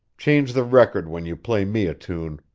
change the record when you play me a tune.